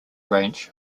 range